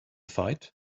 fight